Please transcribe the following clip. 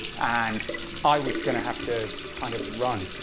and i was going to have to kind of run.